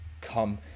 come